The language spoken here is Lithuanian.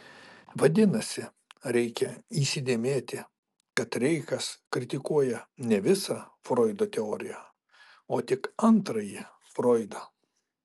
vadinasi reikia įsidėmėti kad reichas kritikuoja ne visą froido teoriją o tik antrąjį froidą